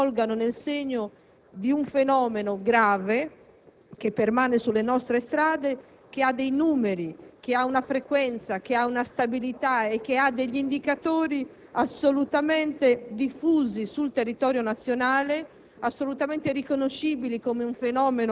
che le misure in materia di sicurezza stradale colgano nel segno di un fenomeno grave che permane sulle nostre strade, fenomeno che presenta dei numeri, una frequenza, una stabilità e degli indicatori assolutamente diffusi sul territorio nazionale,